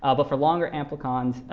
ah but for longer amplicons,